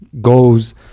goes